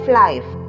life